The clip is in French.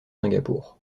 singapour